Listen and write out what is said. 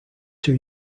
two